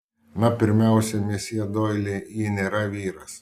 na pirmiausia mesjė doili ji nėra vyras